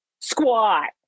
Squat